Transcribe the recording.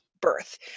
birth